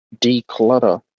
declutter